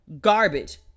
Garbage